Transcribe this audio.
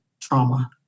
trauma